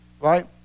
right